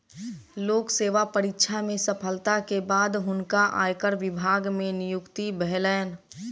लोक सेवा परीक्षा में सफलता के बाद हुनका आयकर विभाग मे नियुक्ति भेलैन